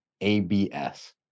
ABS